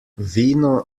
vino